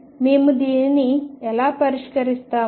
మేము దీనిని ఎలా పరిష్కరిస్తాము